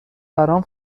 برام